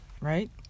Right